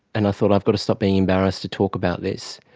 and i thought i've got to stop being embarrassed to talk about this.